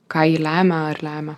ką ji lemia ar lemia